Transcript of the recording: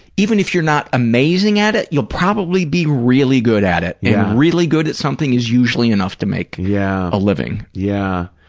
even if you're not amazing at it, you'll probably be really good at it, and yeah really good at something is usually enough to make yeah a living. yeah,